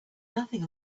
nothing